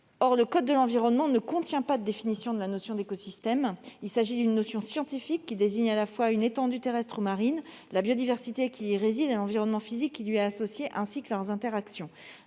Or le code de l'environnement ne contient pas de définition de cette notion ; il s'agit d'une notion scientifique qui désigne à la fois une étendue terrestre ou marine, la biodiversité qui y réside et l'environnement physique qui lui est associé, ainsi que leurs interactions.